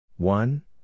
One